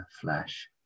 flesh